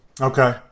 Okay